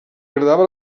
agradava